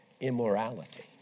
immorality